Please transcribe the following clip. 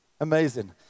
Amazing